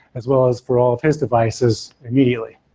as well as for all of his devices immediately.